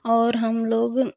और हम लोग